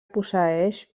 posseeix